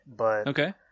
Okay